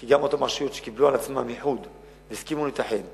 כי גם אותן רשויות שקיבלו על עצמן איחוד והסכימו להתאחד,